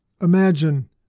Imagine